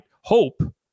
hope